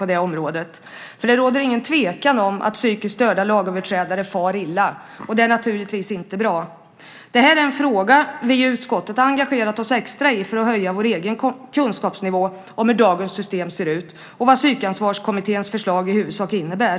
Det råder inget tvivel om att psykiskt störda lagöverträdare far illa. Det är naturligtvis inte bra. Det här är en fråga som vi i utskottet har engagerat oss extra i för att höja vår egen kunskapsnivå om hur dagens system ser ut och vad Psykansvarskommitténs förslag i huvudsak innebär.